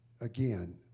again